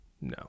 No